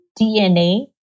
DNA